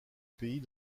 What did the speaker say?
pays